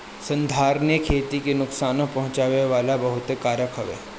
संधारनीय खेती के नुकसानो पहुँचावे वाला बहुते कारक हवे